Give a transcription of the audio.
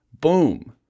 Boom